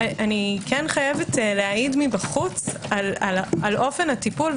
אני חייבת להעיד מבחוץ על אופן הטיפול.